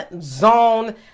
zone